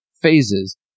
phases